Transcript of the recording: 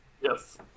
Yes